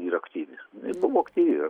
yra aktyvi jinai buvo aktyvi